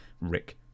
Rick